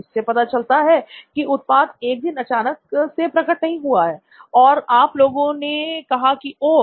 इससे पता चलता है कि उत्पाद एक दिन अचानक से प्रकट नहीं हुआ और आप लोगों ने कहा की ओह